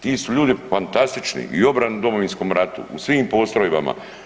Ti su ljudi fantastični i u obrani i u Domovinskom ratu, u svim postrojbama.